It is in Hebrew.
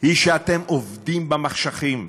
היא שאתם עובדים במחשכים,